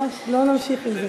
ממש לא נמשיך עם זה.